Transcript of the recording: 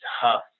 tough